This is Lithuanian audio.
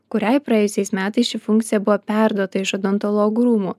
kuriai praėjusiais metais ši funkcija buvo perduota iš odontologų rūmų